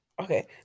okay